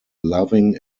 loving